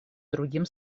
другим